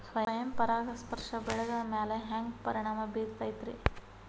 ಸ್ವಯಂ ಪರಾಗಸ್ಪರ್ಶ ಬೆಳೆಗಳ ಮ್ಯಾಲ ಹ್ಯಾಂಗ ಪರಿಣಾಮ ಬಿರ್ತೈತ್ರಿ?